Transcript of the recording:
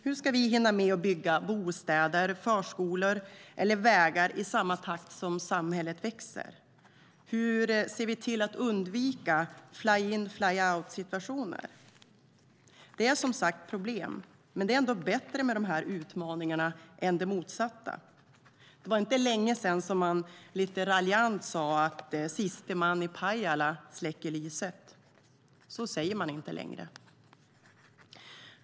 Hur ska vi hinna med att bygga bostäder, förskolor eller vägar i samma takt som samhället växer? Hur undviker vi fly-in/fly-out-situationer? Det är som sagt problem, men det är ändå bättre med de här utmaningarna än det motsatta. Det var inte länge sedan som man lite raljant sade: Siste man i Pajala släcker lyset. Så säger man inte längre.